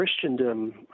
Christendom